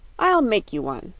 i'll make you one,